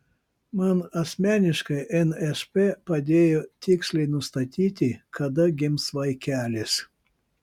man asmeniškai nšp padėjo tiksliai nustatyti kada gims vaikelis